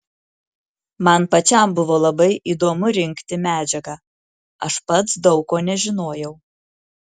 man pačiam buvo labai įdomu rinkti medžiagą aš pats daug ko nežinojau